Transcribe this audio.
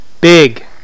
big